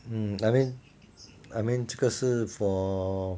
mm I mean I mean 这个是 for